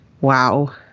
wow